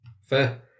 Fair